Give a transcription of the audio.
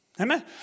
amen